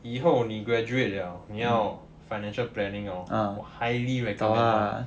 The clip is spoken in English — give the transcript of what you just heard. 以后你 graduate liao 你要 financial planning hor 我 highly recommend